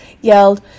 yelled